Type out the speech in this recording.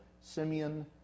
Simeon